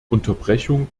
unterbrechung